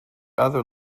other